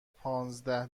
پانزده